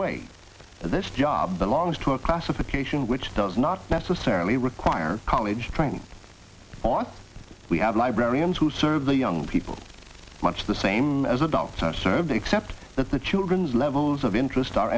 way this job belongs to a classification which does not necessarily require college training or we have librarians who serve the young people much the same as adults are served except that the children's levels of interest are